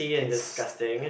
it's